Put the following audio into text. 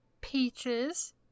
Peaches